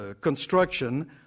construction